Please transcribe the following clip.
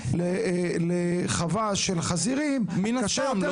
לחווה של חזירים קשה יותר,